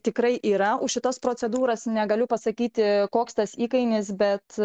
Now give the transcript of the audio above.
tikrai yra už šitos procedūros negaliu pasakyti koks tas įkainis bet